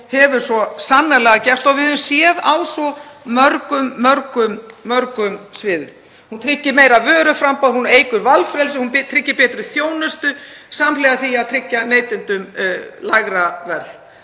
hefur svo sannarlega gert og við höfum séð á svo mörgum sviðum. Samkeppni tryggir meira vöruframboð. Hún eykur valfrelsi, hún tryggir betri þjónustu samhliða því að tryggja neytendum lægra verð.